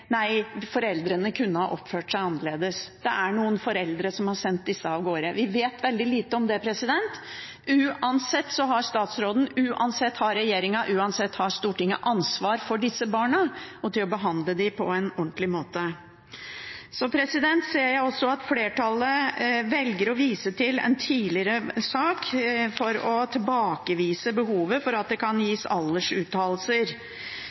Nei, foreldrene kunne ha oppført seg annerledes; det er noen foreldre som har sendt disse av gårde. Vi vet veldig lite om det. Uansett har statsråden, uansett har regjeringen, uansett har Stortinget ansvar for disse barna, og for å behandle dem på en ordentlig måte. Så ser jeg at flertallet velger å vise til en tidligere sak for å tilbakevise behovet for at det kan gis